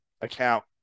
account